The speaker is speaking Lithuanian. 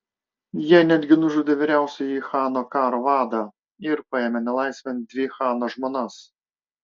jie netgi nužudė vyriausiąjį chano karo vadą ir paėmė nelaisvėn dvi chano žmonas